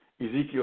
Ezekiel